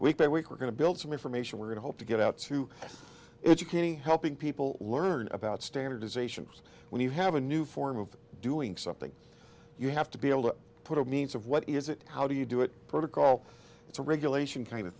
by week we're going to build some information we're going to hope to get out to educating helping people learn about standardization when you have a new form of doing something you have to be able to put a means of what is it how do you do it protocol it's a regulation kind of